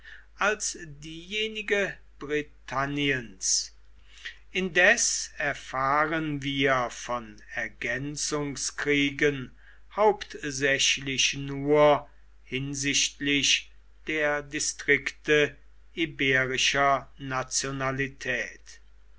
als diejenige britanniens indes erfahren wir von ergänzungskriegen hauptsächlich nur hinsichtlich der distrikte iberischer nationalität